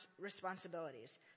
responsibilities